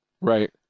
Right